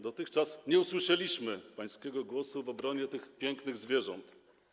Dotychczas nie usłyszeliśmy pańskiego głosu w obronie tych pięknych zwierząt.